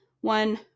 one